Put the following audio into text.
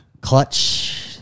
Clutch